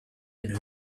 and